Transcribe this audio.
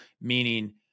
meaning